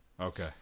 Okay